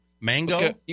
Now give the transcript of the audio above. Mango